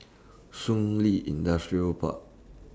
Shun Li Industrial Park